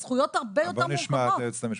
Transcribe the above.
הזכויות הרבה יותר מורכבות.